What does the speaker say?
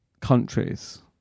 countries